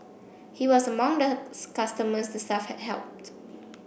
he was among the customers the staff had helped